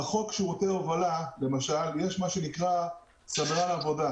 בחוק שירותי הובלה למשל יש מה שנקרא סדרן עבודה,